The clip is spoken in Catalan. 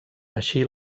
així